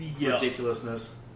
ridiculousness